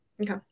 Okay